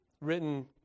written